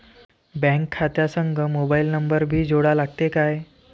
Bank खात्या संग mobile number भी जोडा लागते काय?